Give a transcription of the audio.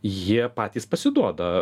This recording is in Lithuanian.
jie patys pasiduoda